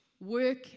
Work